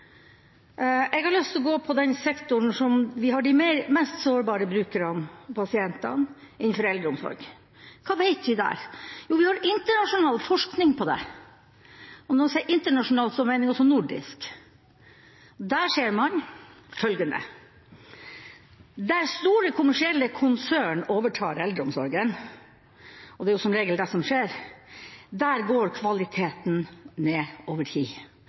Jeg har lyst til å gå til den sektoren der vi har de mest sårbare brukerne og pasientene – innenfor eldreomsorg. Hva vet vi der? Vi har internasjonal forskning på det. Når jeg sier internasjonal, mener jeg også nordisk. Der ser man følgende: Der store kommersielle konsern overtar eldreomsorgen – og det er som regel det som skjer – går kvaliteten ned over tid.